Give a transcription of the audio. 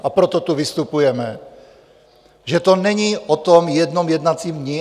A proto tu vystupujeme, že to není o tom jednom jednacím dni.